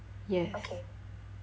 yes